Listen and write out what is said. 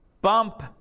bump